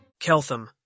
Keltham